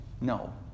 No